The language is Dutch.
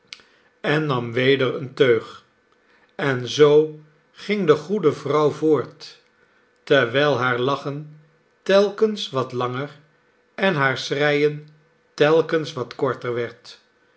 en nam weder eene teug en zoo ging de goede vrouw voort terwijl haar lachen telkens wat langer en haar schreien telkens wat korter werd